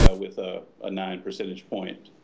ah with ah. a nine percentage point